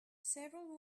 several